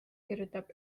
kirjutab